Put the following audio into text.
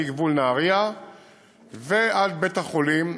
מגבול נהריה ועד בית-החולים,